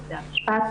--- בתי המשפט.